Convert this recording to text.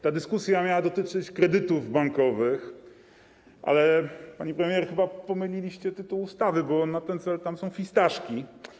Ta dyskusja miała dotyczyć kredytów bankowych, pani premier, ale chyba pomyliliście tytuł ustawy, bo na ten cel tam są fistaszki.